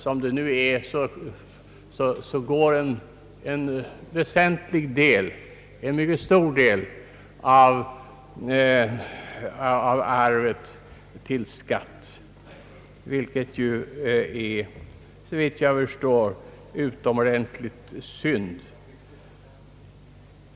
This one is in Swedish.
Som det nu är går en mycket stor del av arvet till skatt, vilket är ytterst beklagligt. Herr talman!